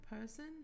person